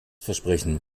versprechen